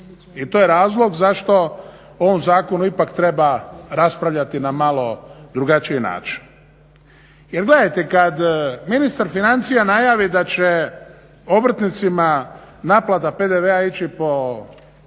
i to je razlog zašto u ovom zakonu ipak treba raspravljati na malo drugačiji način. Jer gledajte, kad ministar financija najavi da će obrtnicima naplata PDV-a ići po